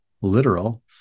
literal